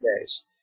days